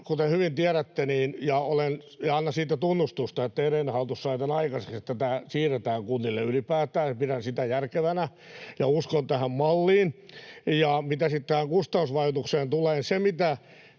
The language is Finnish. kustannusvaikutuksista. Annan siitä tunnustusta, että edellinen hallitus sai tämän aikaiseksi, että tämä siirretään kunnille ylipäätään, ja pidän sitä järkevänä ja uskon tähän malliin. Mitä sitten tähän kustannusvaikutukseen tulee,